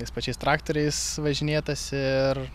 tais pačiais traktoriais važinėtasi ir